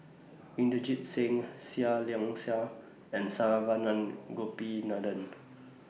Inderjit Singh Seah Liang Seah and Saravanan Gopinathan